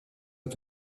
est